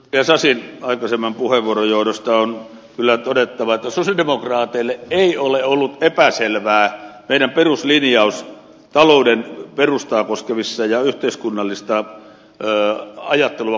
sasin aikaisemman puheenvuoron johdosta on kyllä todettava että sosialidemokraateille ei ole ollut epäselvää meidän peruslinjauksemme talouden perustaa ja yhteiskunnallista ajattelua koskevilta osin